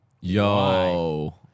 Yo